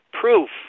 proof